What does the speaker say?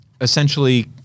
essentially